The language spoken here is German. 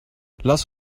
lass